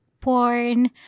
porn